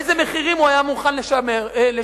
איזה מחירים הוא היה מוכן לשלם?